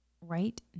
right